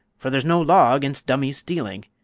for there's no law against dummies stealing.